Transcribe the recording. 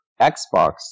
Xbox